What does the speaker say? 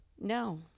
No